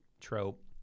trope